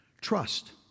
trust